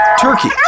turkey